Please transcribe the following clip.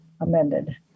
amended